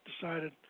decided